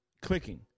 clicking